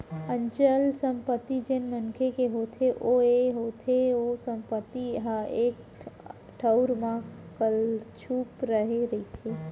अचल संपत्ति जेन मनखे के होथे ओ ये होथे ओ संपत्ति ह एक ठउर म कलेचुप रहें रहिथे